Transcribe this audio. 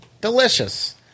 Delicious